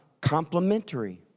complementary